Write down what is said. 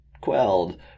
quelled